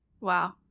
Wow